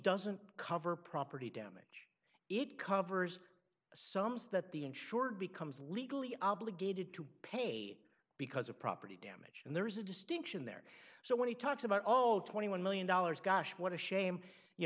doesn't cover property damage it covers some so that the insured becomes legally obligated to pay because of property damage and there is a distinction there so when he talks about oh twenty one million dollars gosh what a shame you